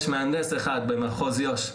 יש מהנדס אחד במחוז יו"ש,